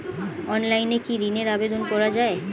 অনলাইনে কি ঋনের আবেদন করা যায়?